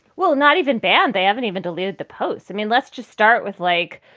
well, not even bad. they haven't even deleted the posts i mean, let's just start with, like,